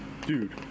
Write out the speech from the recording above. dude